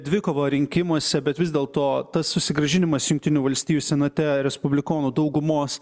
dvikovą rinkimuose bet vis dėlto tas susigrąžinimas jungtinių valstijų senate respublikonų daugumos